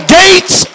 gates